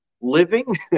living